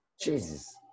Jesus